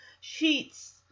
sheets